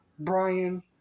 Brian